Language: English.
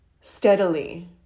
steadily